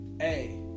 Hey